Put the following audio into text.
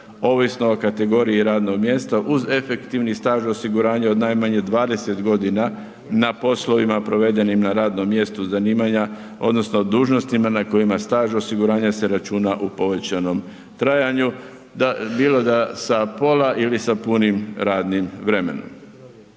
ovisno o kategoriji radnog mjesta uz efektivni staž osiguranja od najmanje 20 godina na poslovima provedenim na radnom mjestu zanimanja odnosno dužnostima na kojima staž osiguranja se računa u povećanom trajanju bilo da sa pola ili sa punim radnim vremenom.